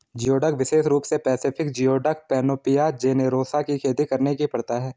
geoduck विशेष रूप से पैसिफिक जियोडक, पैनोपिया जेनेरोसा की खेती करने की प्रथा है